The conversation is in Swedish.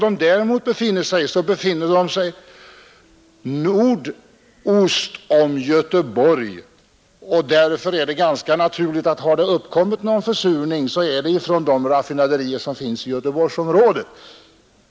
De befinner sig däremot nordost om Göteborg; och därför är det ganska naturligt att om någon försurning har uppkommit så har det skett på grund av de raffinaderier som finns i Göteborgsområdet.